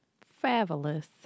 fabulous